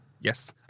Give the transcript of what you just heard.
Yes